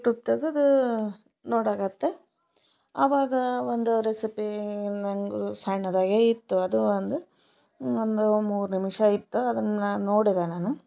YouTube ತಗದು ನೋಡೋಕತ್ತೆ ಆವಾಗ ಒಂದು ರೆಸಿಪಿ ನನಗು ಸಣ್ಣದಾಗೆ ಇತ್ತು ಅದು ಒಂದು ಒಂದು ಮೂರು ನಿಮಿಷ ಇತ್ತು ಅದನ್ನು ನಾನು ನೋಡಿದೆ ನಾನು